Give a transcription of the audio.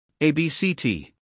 ABCT